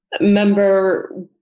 member